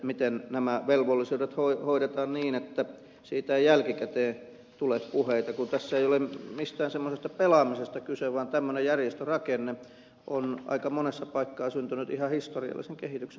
miten nämä velvollisuudet hoidetaan niin että siitä ei jälkikäteen tule puheita kun tässä ei ole mistään semmoisesta pelaamisesta kyse vaan tämmöinen järjestörakenne on aika monessa paikassa syntynyt ihan historiallisen kehityksen tuloksena